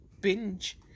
binge